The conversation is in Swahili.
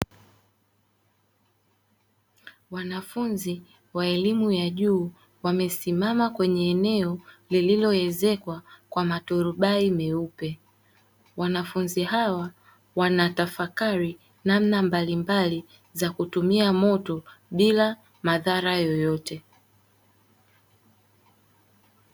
Wanafunzi wa elimu ya juu, wamesimama kwenye eneo lililoezekwa kwa maturubai meupe, wanafunzi hawa wanatafakari namna mbalimbali za kutumia moto bila madhara yoyote.